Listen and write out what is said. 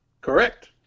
Correct